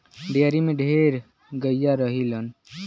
dairy में ढेर गइया रहलीन